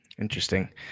Interesting